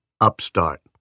upstart